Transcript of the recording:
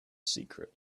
secret